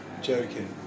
Joking